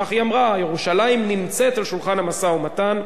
כך היא אמרה: ירושלים נמצאת על שולחן המשא-ומתן,